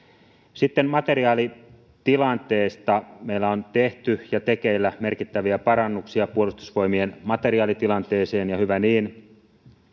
sitten materiaalitilanteesta meillä on tehty ja tekeillä merkittäviä parannuksia puolustusvoimien materiaalitilanteeseen ja hyvä niin